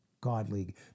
godly